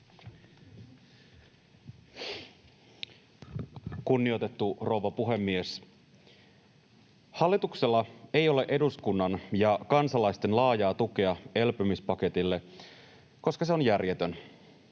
Kunnioitettu rouva puhemies! Hallituksella ei ole eduskunnan ja kansalaisten laajaa tukea elpymispaketille, koska se on järjetön.